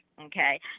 okay